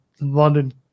London